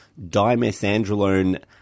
dimethandrolone